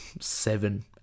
seven